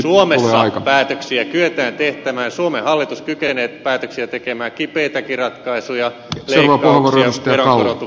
suomessa päätöksiä kyetään tekemään suomen hallitus kykenee päätöksiä tekemään kipeitäkin ratkaisuja leikkauksia veronkorotuksia